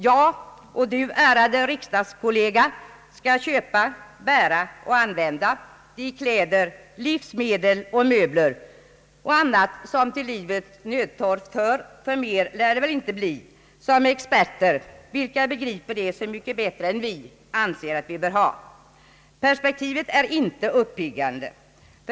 Jag och du, ärade riksdagskollega, skall köpa och använda de kläder, livsmedel, möbler och annat som till livets nödtorft hör — ty mer lär det väl inte bli — som experter, vilka begriper det så mycket bättre än vi, anser att vi bör ha. Perspektivet är inte uppiggande.